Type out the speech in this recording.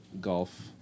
golf